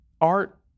art